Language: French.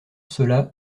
cela